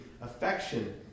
affection